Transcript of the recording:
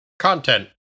Content